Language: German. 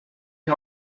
die